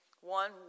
one